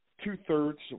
two-thirds